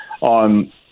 on